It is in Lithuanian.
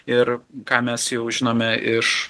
ir ką mes jau žinome iš